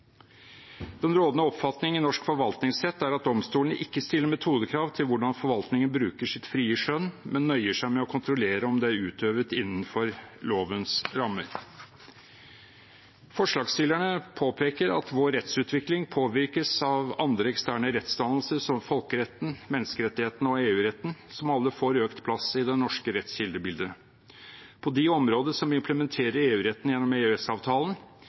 Den rådende oppfatning i norsk forvaltningsrett er at domstolene ikke stiller metodekrav til hvordan forvaltningen bruker sitt frie skjønn, men nøyer seg med å kontrollere om det er utøvet innenfor lovens rammer. Forslagsstillerne påpeker at vår rettsutvikling påvirkes av andre, eksterne, rettsdannelser som folkeretten, menneskerettighetene og EU-retten, som alle får økt plass i det norske rettskildebildet. På de områder som implementerer EU-retten gjennom